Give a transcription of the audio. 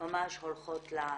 ממש הולכות לקצוות.